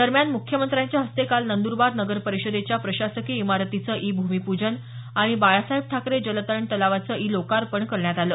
दरम्यान मुख्यमंत्र्यांच्या हस्ते काल नंदरबार नगर परिषदेच्या प्रशासकीय इमारतीचे ई भूमीपूजन आणि बाळासाहेब ठाकरे जलतरण तलावाचे ई लोकार्पण करण्यात आलं